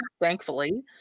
thankfully